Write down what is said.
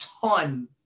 ton